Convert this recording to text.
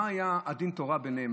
מה היה דין התורה ביניהם?